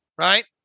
right